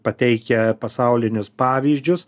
pateikia pasaulinius pavyzdžius